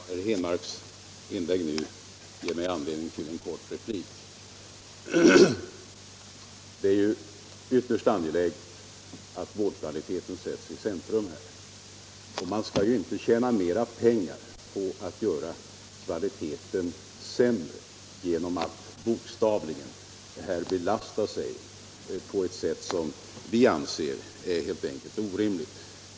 Fru talman! Herr Henmarks senaste inlägg ger mig anledning till en kort replik. Det är ju ytterst angeläget att vårdkvaliteten sätts i centrum. Man skall ju inte kunna tjäna mera pengar på att göra kvaliteten sämre, t.ex. genom att bokstavligen belasta sig på ett sätt som vi anser vara helt orimligt.